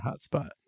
hotspot